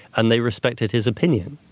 and they respected his opinion.